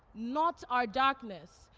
not our darkness,